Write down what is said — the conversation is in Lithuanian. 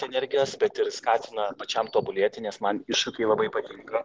energijos bet ir skatina pačiam tobulėti nes man iššūkiai labai patinka